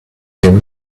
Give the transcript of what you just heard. been